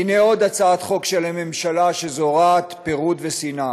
הנה עוד הצעת חוק של הממשלה שזורעת פירוד ושנאה,